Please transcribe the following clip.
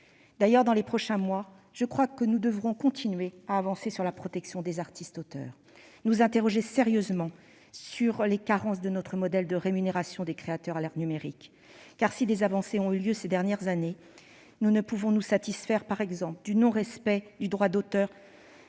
D'ailleurs, dans les prochains mois, je crois que nous devrons continuer à avancer sur la question de la protection des artistes-auteurs et à nous interroger sérieusement sur les carences de notre modèle de rémunération des créateurs à l'ère numérique. Si des avancées ont eu lieu ces dernières années, nous ne pouvons nous satisfaire : du non-respect du droit d'auteur